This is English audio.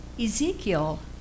Ezekiel